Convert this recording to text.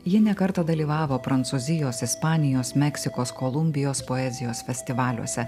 ji ne kartą dalyvavo prancūzijos ispanijos meksikos kolumbijos poezijos festivaliuose